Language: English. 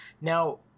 Now